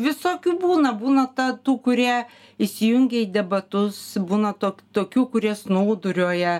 visokių būna būna ta tų kurie įsijungia į debatus būna tok tokių kurie snūduriuoja